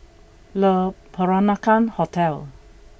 Le Peranakan Hotel